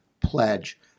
Pledge